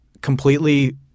completely